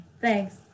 Thanks